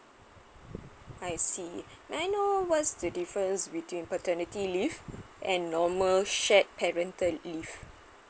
I see may I know what's the difference between paternity leave and normal shared parental leaves